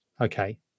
Okay